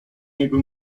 niego